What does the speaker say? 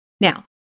Now